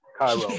Cairo